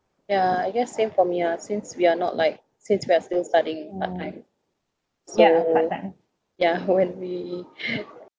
ya I guess same for me ah since we're not like since we're still studying in part-time so ya when we